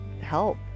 help